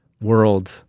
world